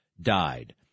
died